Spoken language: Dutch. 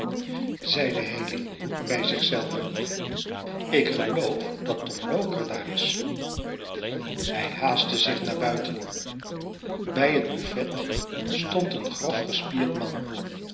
zeide haley bij zich zelven ik geloof dat tom loker daar is hij haastte zich naar buiten bij het buffet stond een grof gespierd man